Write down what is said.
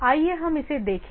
आइए हम इसे देखें